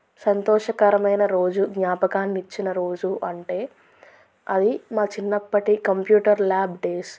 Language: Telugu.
సంతోషకరమైన రోజు జ్ఞాపకాన్ని ఇచ్చిన రోజు అంటే అది మా చిన్నప్పటి కంప్యూటర్ ల్యాబ్ డేస్